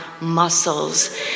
muscles